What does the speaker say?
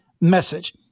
message